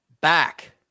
back